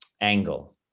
angle